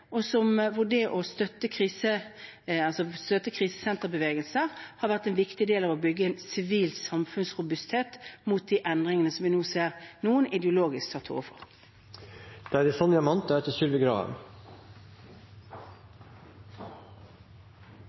og hvor det å støtte krisesenterbevegelser har vært en viktig del av å bygge en sivil samfunnsrobusthet mot de endringene som vi nå ser noen ideologisk